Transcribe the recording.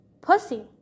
Pussy